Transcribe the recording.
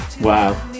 Wow